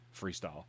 freestyle